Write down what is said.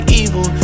evil